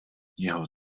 jeho